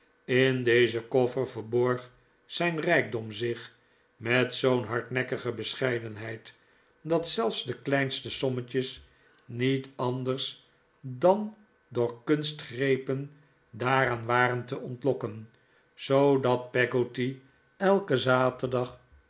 in dezen koffer verborg zijn rijkdom zich met zoo'n hardnekkige bescheidenheid dat zelfs de kleinste sommetjes niet anders dan door kunstgrepen daaraan waren te ontlokken zoodat peggotty elken zaterdag